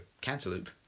cantaloupe